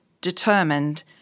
determined